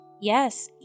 Yes